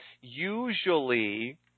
Usually